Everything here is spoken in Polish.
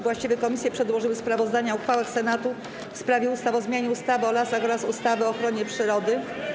Właściwe komisje przedłożyły sprawozdania o uchwałach Senatu w sprawie ustaw: - o zmianie ustawy o lasach oraz ustawy o ochronie przyrody.